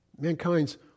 Mankind's